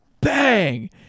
bang